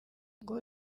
ngo